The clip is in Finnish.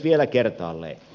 vielä kertaalleen